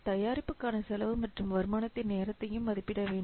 தயாரிப்புக்கான செலவு மற்றும் வருமானத்தின் நேரத்தையும் மதிப்பிட வேண்டும்